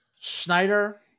Schneider